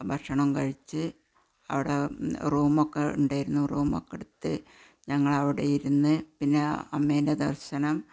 ഭക്ഷണം കഴിച്ച് അവിടെ റൂമൊക്കെ ഉണ്ടായിരുന്നു റൂമൊക്കെ എടുത്ത് ഞങ്ങളവിടെ ഇരുന്ന് പിന്നെ അമ്മേന്റെ ദര്ശനം